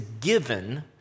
given